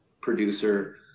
producer